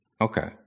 Okay